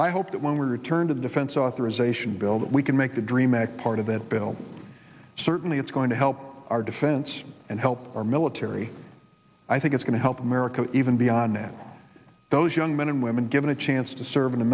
i hope that when we return to the defense authorization bill that we can make the dream act part of that bill certainly it's going to help our defense and help our military i think it's going to help america even beyond that those young men and women given a chance to serve in the